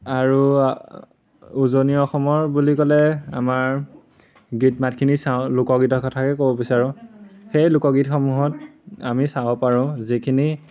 আৰু উজনি অসমৰ বুলি ক'লে আমাৰ গীত মাতখিনি চাওঁ লোকগীতৰ কথাকে ক'ব বিচাৰোঁ সেই লোকগীতসমূহত আমি চাব পাৰোঁ যিখিনি